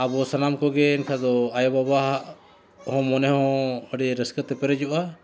ᱟᱵᱚ ᱥᱟᱱᱟᱢ ᱠᱚᱜᱮ ᱮᱱᱠᱷᱟᱱ ᱫᱚ ᱟᱭᱳ ᱵᱟᱵᱟ ᱦᱟᱸᱜ ᱢᱚᱱᱮ ᱦᱚᱸ ᱟᱹᱰᱤ ᱨᱟᱹᱥᱠᱟᱹ ᱛᱮ ᱯᱮᱨᱮᱡᱚᱜᱼᱟ